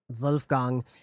Wolfgang